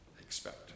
expect